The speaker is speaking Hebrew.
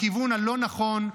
בכיוון הלא נכון,